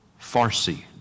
Farsi